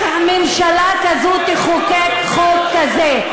רק ממשלה כזו תחוקק חוק כזה,